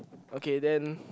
okay then